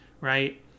right